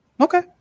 Okay